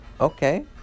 Okay